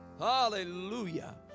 Hallelujah